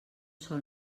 sol